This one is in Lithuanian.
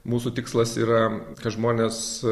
mūsų tikslas yra kad žmonės